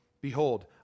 Behold